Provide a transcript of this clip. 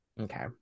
okay